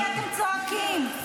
שים על השולחן --- ועל מה אתם מזדעקים?